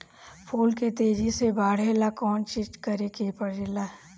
फूल के तेजी से बढ़े ला कौन चिज करे के परेला?